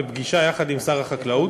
בפגישה עם שר החקלאות.